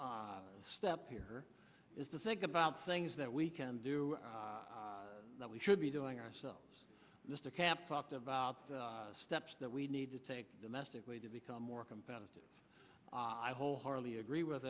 step here is the think about things that we can do that we should be doing ourselves mr camp talked about the steps that we need to take domestically to become more competitive i wholeheartedly agree with